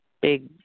big